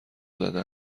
زده